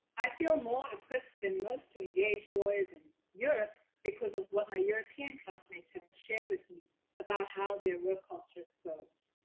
i feel more equipped than most to engage lawyers in europe because of what my european classmates have shared with me about how their culture goes.